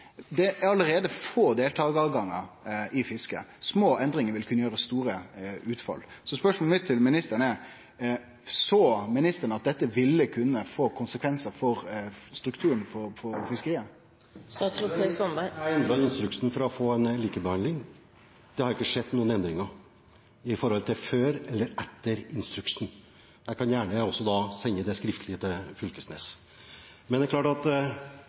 Det er allereie få deltakartilgangar i fisket. Små endringar vil kunne få store utfall. Så spørsmålet mitt til ministeren er: Såg ministeren at dette ville kunne få konsekvensar for strukturen for fiskeria? Jeg endret instruksen for å få en likebehandling. Det har ikke skjedd noen endringer før eller etter instruksen. Jeg kan gjerne sende det skriftlig til Knag Fylkesnes. Men det er klart at